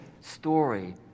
story